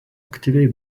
aktyviai